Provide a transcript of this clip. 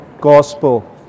gospel